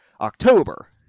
October